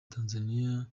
tanzania